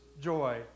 joy